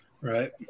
right